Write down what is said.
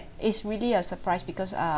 it's really a surprised because err